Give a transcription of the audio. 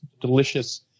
delicious